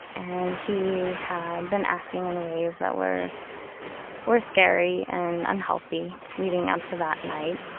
and he had been acting in ways that were were scary and unhealthy leading up to that night.